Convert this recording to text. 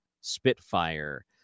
Spitfire